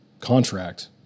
contract